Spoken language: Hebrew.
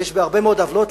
ויש הרבה מאוד עוולות,